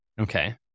Okay